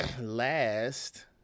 last